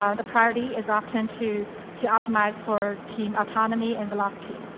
ah the priority is often to to optimize for team autonomy and velocity.